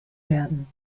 werden